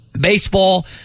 baseball